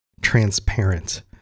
transparent